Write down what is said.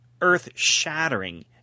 earth-shattering